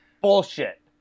bullshit